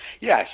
Yes